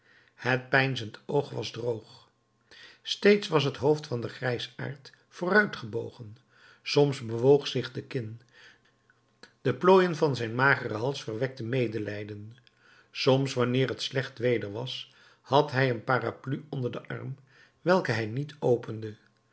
het peinzend oog was droog steeds was het hoofd van den grijsaard vooruit gebogen soms bewoog zich de kin de plooien van zijn mageren hals verwekten medelijden soms wanneer het slecht weder was had hij een parapluie onder den arm welke hij niet opende